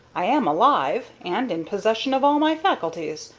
i am alive, and in possession of all my faculties.